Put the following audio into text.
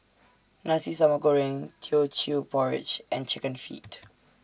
Nasi Sambal Goreng Teochew Porridge and Chicken Feet